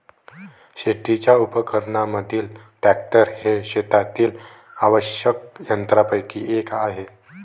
शेतीच्या उपकरणांमधील ट्रॅक्टर हे शेतातील आवश्यक यंत्रांपैकी एक आहे